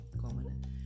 common